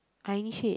I initiate